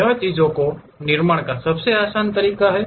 यह चीजों के निर्माण का सबसे आसान तरीका है